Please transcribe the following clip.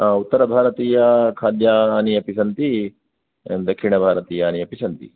उत्तरभारतीयखाद्यानि अपि सन्ति दक्षिणभारतीयानि अपि सन्ति